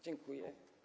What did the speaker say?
Dziękuję.